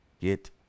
get